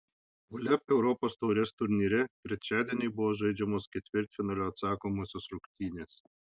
uleb europos taurės turnyre trečiadienį buvo žaidžiamos ketvirtfinalio atsakomosios rungtynės